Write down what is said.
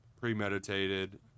premeditated